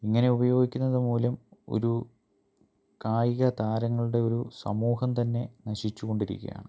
ഇങ്ങനെ ഉപയോഗിക്കുന്നത് മൂലം ഒരു കായിക താരങ്ങളുടെ ഒരു സമൂഹം തന്നെ നശിച്ചു കൊണ്ടിരിക്കുകയാണ്